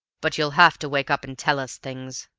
but you'll have to wake up and tell us things.